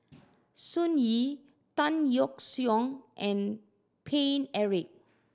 Sun Yee Tan Yeok Seong and Paine Eric